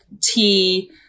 tea